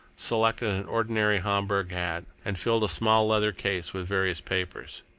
selected an ordinary homburg hat, and filled a small leather case with various papers.